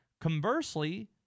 Conversely